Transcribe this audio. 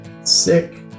sick